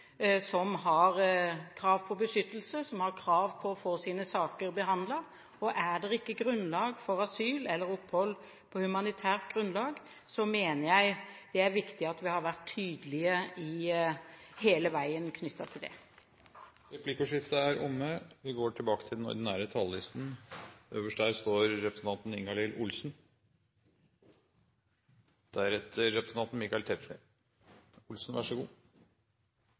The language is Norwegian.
som har krav på beskyttelse, som har krav på å få sine saker behandlet. Er det ikke grunnlag for asyl eller opphold på humanitært grunnlag, mener jeg det er viktig at vi hele veien har vært tydelige i tilknytning til det. Replikkordskiftet er omme. Stortingsmeldingen om barn på flukt har fått mye oppmerksomhet og er ivrig debattert. Det er naturlig, all den